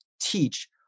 teach